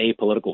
apolitical